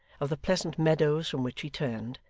of the pleasant meadows from which he turned,